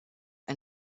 ein